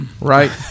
Right